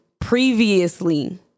previously